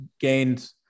gained